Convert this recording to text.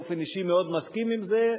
ואני ודאי באופן אישי מאוד מסכים עם זה.